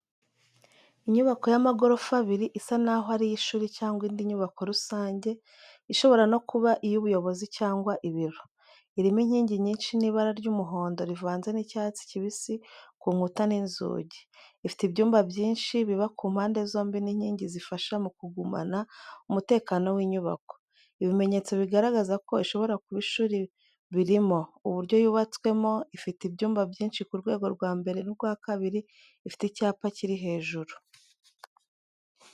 Inyubako y’amagorofa abiri, isa n’aho ari iy’ishuri cyangwa indi nyubako rusange, ishobora no kuba iy’ubuyobozi cyangwa ibiro. Irimo inkingi nyinshi n'ibara ry’umuhondo rivanze n’icyatsi kibisi ku nkuta n’inzugi. Ifite ibyumba byinshi biba ku mpande zombi n’inkingi zifasha mu kugumana umutekano w’inyubako. Ibimenyetso bigaragaza ko ishobora kuba ishuri birimo: Uburyo yubatswemo: ifite ibyumba byinshi ku rwego rwa mbere n’urwa kabiri. Ifite icyapa kiri hejuru,